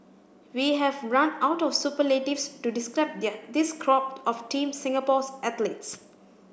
we have run out of superlatives to describe this crop of Team Singapore's athletes